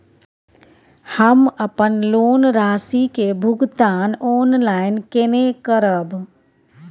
हम अपन लोन राशि के भुगतान ऑनलाइन केने करब?